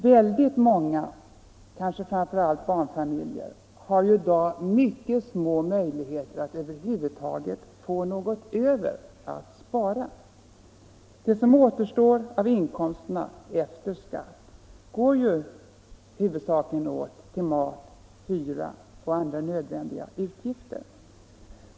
Väldigt många, framför allt barnfamiljer, har i dag mycket små möjligheter att över huvud taget få något över att spara. Det som återstår av inkomsterna efter skatt går huvudsakligen åt till mat, hyra och andra nödvändiga utgifter.